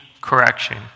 correction